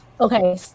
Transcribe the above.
Okay